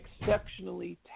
exceptionally